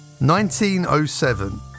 1907